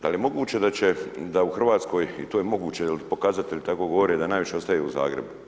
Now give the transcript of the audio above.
Da li je moguće da će da u Hrvatskoj i to je moguće jel pokazatelji tako govore da najviše ostaje u Zagrebu.